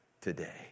today